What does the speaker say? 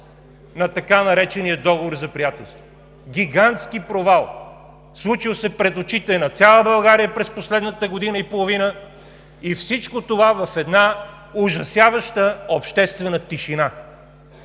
на така наречения Договор за приятелство. Гигантски провал, случил се пред очите на цяла България през последната година и половина, и всичко това в една ужасяваща обществена тишина